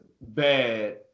bad